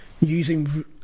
using